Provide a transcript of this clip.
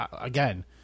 again